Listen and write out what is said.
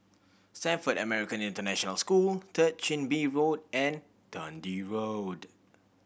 Stamford American International School Third Chin Bee Road and Dundee Road